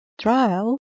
Trial